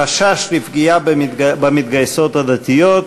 חשש לפגיעה במתגייסות הדתיות.